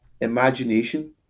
imagination